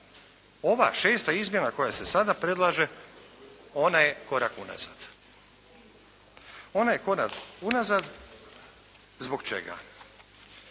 Ova šesta izmjena koja se sada predlaže ona je korak u nazad, ona je korak u nazad. Zbog čega?